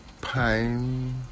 pine